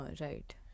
Right